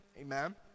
Amen